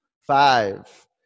five